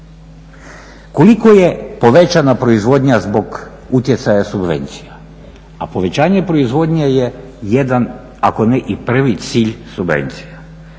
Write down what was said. Koliko je povećana proizvodnja zbog utjecaja subvencija, a povećanje proizvodnje jedan ako ne i prvi cilj subvencije.